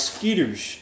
Skeeters